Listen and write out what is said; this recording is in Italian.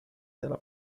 della